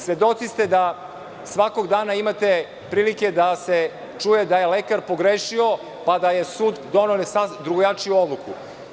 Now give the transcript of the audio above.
Svedoci ste da svakog dana imate prilike da se čuje da je lekar pogrešio, pa da je sud doneo drugojačiju odluku.